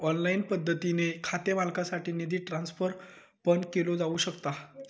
online पद्धतीने खाते मालकासाठी निधी ट्रान्सफर पण केलो जाऊ शकता